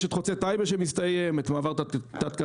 יש את חוצה טייבה שמסתיים; מעבר תת-קרקעי